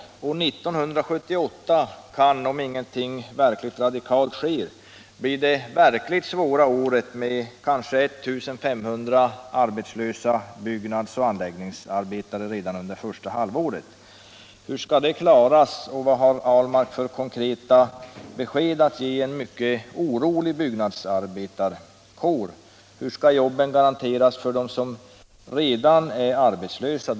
1978 kan, om ingenting verkligt radikalt sker, bli det riktigt svåra året med kanske 1 500 arbetslösa byggnads och anläggningsarbetare redan under de första sex månaderna. Hur skall den arbetslösheten klaras av och vilka konkreta besked har herr Ahlmark att ge en mycket orolig byggnadsarbetarkår? Hur skall jobben garanteras för dem som redan är arbetslösa?